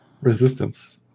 resistance